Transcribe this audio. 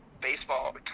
baseball